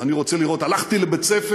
אני רוצה לראות, הלכתי לבית-ספר